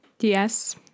Yes